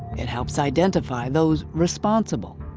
it helps identify those responsible.